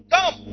Come